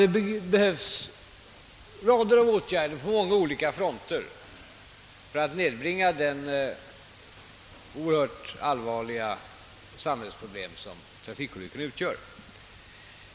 Det behövs en lång rad åtgärder på olika områden för att klara det oerhört allvarliga samhällsproblem som trafikolyckorna utgör.